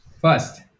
First